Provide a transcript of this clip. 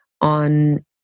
on